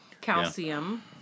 Calcium